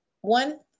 one